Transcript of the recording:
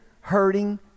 hurting